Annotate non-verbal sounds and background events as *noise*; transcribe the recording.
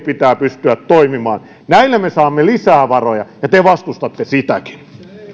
*unintelligible* pitää pystyä toimimaan näillä me saamme lisää varoja ja te vastustatte sitäkin